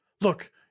Look